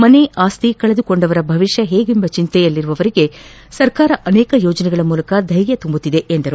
ಮನೆ ಆಸ್ತಿ ಕಳೆದುಕೊಂಡವರ ಭವಿಷ್ಯ ಹೇಗೆಂಬ ಚಿಂತೆಯಲ್ಲಿರುವವರಿಗೆ ಸರ್ಕಾರ ಅನೇಕ ಯೋಜನೆಗಳ ಮೂಲಕ ದೈರ್ಯ ತುಂಬುತ್ತಿದೆ ಎಂದರು